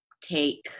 take